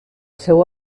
seu